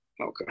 Okay